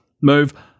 move